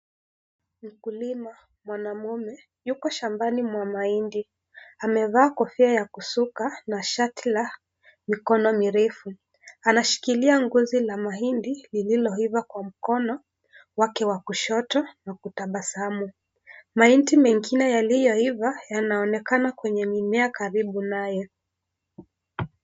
Mkulima mwanamume yuko shambani mwa mahindi, amevaa kofia ya kusuka na shati la mikono mirefu, anashikilia ngozi la mahindi lililoiva kwa mkono wake wa kushoto na kutabasamu, mahindi mengine yaliyoiva yanaonekana kwenye mimea karibu naye.